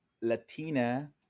Latina